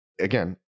again